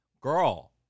girl